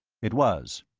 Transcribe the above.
it was.